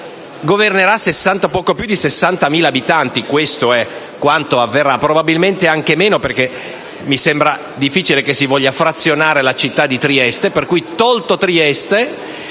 mediamente governerà poco più di 60.000 abitanti (perché questo avverrà) e probabilmente anche meno, perché mi sembra difficile che si voglia frazionare la città di Trieste,